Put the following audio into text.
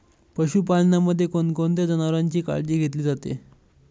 पशुपालनामध्ये कोणत्या जनावरांची काळजी घेतली जाते?